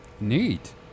Neat